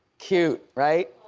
cute, right?